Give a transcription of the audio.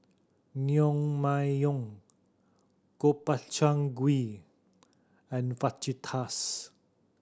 Naengmyeon Gobchang Gui and Fajitas